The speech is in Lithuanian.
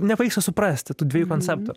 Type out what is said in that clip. nepavyksta suprasti tų dviejų konceptų